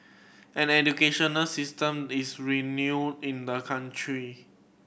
an educational system is renowned in the country